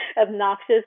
obnoxious